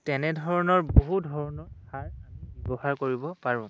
তেনেধৰণৰ বহু ধৰণৰ সাৰ আমি ব্যৱহাৰ কৰিব পাৰোঁ